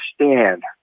understand